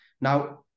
Now